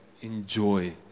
enjoy